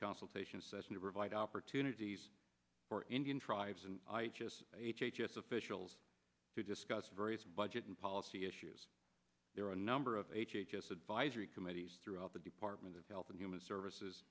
consultation session to provide opportunities for indian tribes and h h s officials to discuss various budget and policy issues there are a number of h h s advisory committees throughout the department of health and human services